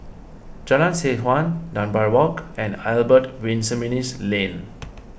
Jalan Seh Chuan Dunbar Walk and Albert Winsemius Lane